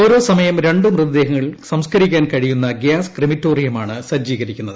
ഒരോ സമയം രണ്ട് മൃതദേഹങ്ങൾ സംസ്കരിക്കാൻ കൃഴിയുന്ന ഗ്യാസ് ക്രിമറ്റോറിയമാണ് സജ്ജീകരിക്കുന്നത്